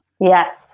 Yes